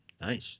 Nice